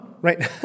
Right